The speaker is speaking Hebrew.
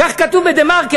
כך כתוב ב"דה-מרקר".